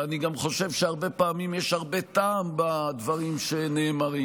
ואני גם חושב שהרבה פעמים יש הרבה טעם בדברים שנאמרים,